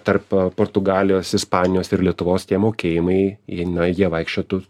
tarp portugalijos ispanijos ir lietuvos tie mokėjimai jie na jie vaikščiotų